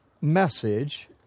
message